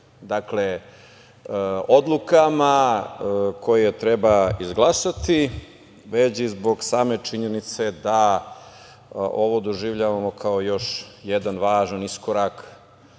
nužnim odlukama koje treba izglasati, već i zbog same činjenice da ovo doživljavamo kao još jedan važan iskorak